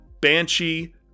Banshee